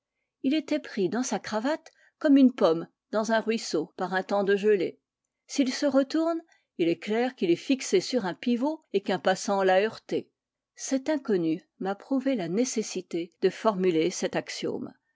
il était pris dans sa cravate comme une pomme dans un ruisseau par un temps de gelée s'il se retourne il est clair qu'il est fixé sur un pivot et qu'un passant l'a heurté cet inconnu m'a prouvé la nécessité de formuler cet